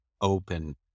open